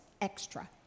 extra